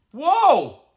Whoa